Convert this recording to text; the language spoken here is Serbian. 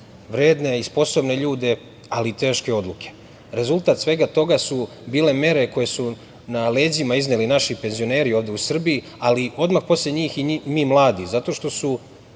vredne i sposobne ljude, ali i teške odluke. Rezultat svega toga su bile mere koje su na leđima izneli naši penzioneri ovde u Srbiji, ali odmah posle njih i mi mladi, zato što su